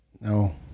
No